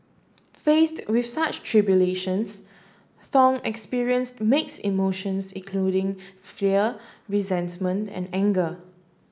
faced with such tribulations Thong experienced mixed emotions including fear resentment and anger